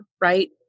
right